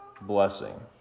blessing